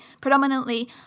predominantly